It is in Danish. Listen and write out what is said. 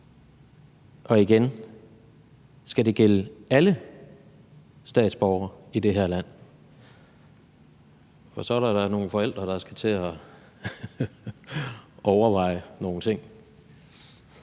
Igen: Skal det gælde alle statsborgere i det her land? For så er der da nogle forældre, der skal til at overveje nogle ting.